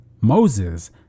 Moses